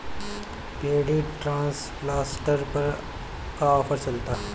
Paddy transplanter पर का offer चलता?